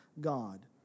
God